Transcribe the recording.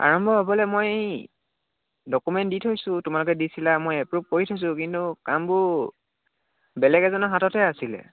আৰম্ভ হ'বলৈ মই ডকুমেণ্ট দি থৈছোঁ তোমালোকে দিছিলে মই এপ্ৰোভ কৰি থৈছোঁ কিন্তু কামবোৰ বেলেগ এজনৰ হাততহে আছিলে